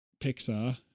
Pixar